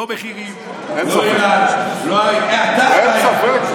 לא מחירים, אתה הבעיה.